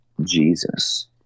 Jesus